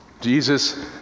Jesus